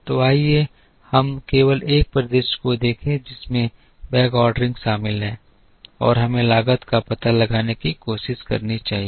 तो आइए हम केवल एक परिदृश्य को देखें जिसमें बैकऑर्डरिंग शामिल है और हमें लागत का पता लगाने की कोशिश करनी चाहिए